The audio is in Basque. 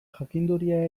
jakinduria